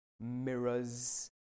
mirrors